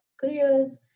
careers